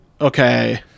okay